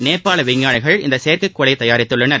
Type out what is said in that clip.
நேபாள விஞ்ஞானிகள் இந்த செயற்கைக்கோளை தயாரித்துள்ளனர்